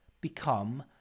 become